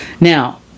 Now